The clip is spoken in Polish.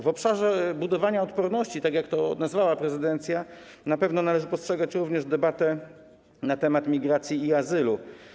W obszarze budowania odporności, tak jak to nazwała prezydencja, na pewno należy postrzegać debatę dotyczącą migracji i azylu.